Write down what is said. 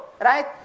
right